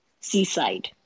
seaside